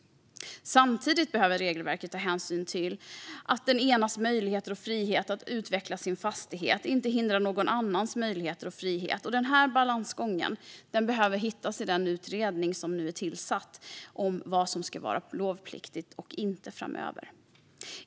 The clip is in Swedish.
Samtidigt behöver regelverket ta hänsyn till att den enes möjligheter och frihet att utveckla sin fastighet inte hindrar någon annans möjligheter och frihet, och denna balansgång behöver hittas i den utredning som nu är tillsatt om vad som ska vara lovpliktigt och inte framöver.